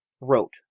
wrote